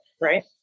right